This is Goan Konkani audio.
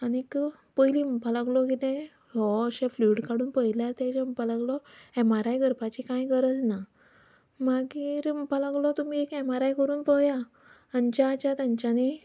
आनीक पयलीं म्हणपाक लागलो की तें अशें फ्लुइड काडून पळयल्यार तेजेर म्हणपाक सागलो एम आर आय करपाची कांय गरज ना मागीर म्हणपाक लागलो तुमी एक एम आर आय करून पळया आनी ज्या ज्या तेंच्यांनी